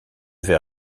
vais